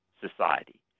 Society